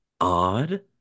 odd